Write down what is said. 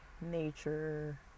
nature